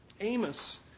Amos